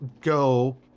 go